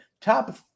top